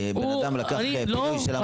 בן אדם לקח פינוי של אמבולנס --- לא,